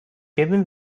given